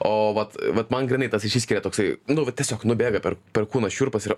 o vat vat man grynai tas išsiskiria toksai nu va tiesiog nubėga per per kūną šiurpas ir